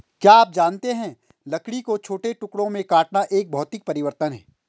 क्या आप जानते है लकड़ी को छोटे टुकड़ों में काटना एक भौतिक परिवर्तन है?